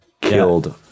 killed